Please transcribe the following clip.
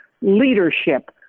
leadership